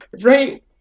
Right